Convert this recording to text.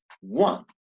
one